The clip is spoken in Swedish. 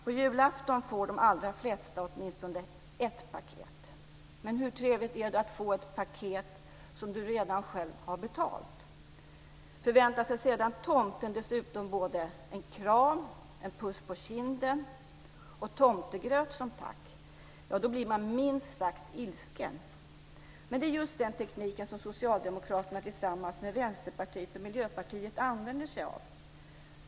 På julafton får de allra flesta åtminstone ett paket. Men hur trevligt är det att få ett paket som man redan själv har betalt? Förväntar sig sedan tomten dessutom en kram, en puss på kinden och tomtegröt som tack, då blir man minst sagt ilsken. Men det är just den tekniken som Socialdemokraterna tillsammans med Vänsterpartiet och Miljöpartiet använder sig av.